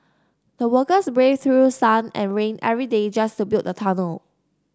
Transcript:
the workers braved through sun and rain every day just to build the tunnel